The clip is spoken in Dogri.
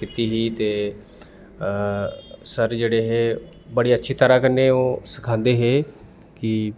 कीती ही ते सर जेह्ड़े हे बड़ी अच्छी तरह कन्नै ओह् सखांदे हे कि